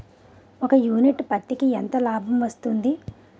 ఒక యూనిట్ పత్తికి ఎంత లాభం వస్తుంది?